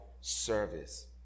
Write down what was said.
service